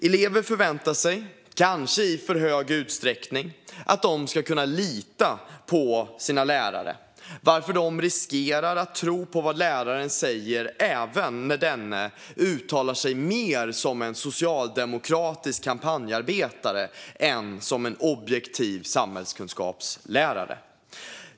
Elever förväntar sig, kanske i för hög utsträckning, att de ska kunna lita på sina lärare, varför de riskerar att tro på vad läraren säger även när denne uttalar sig mer som en socialdemokratisk kampanjarbetare än som en objektiv samhällskunskapslärare.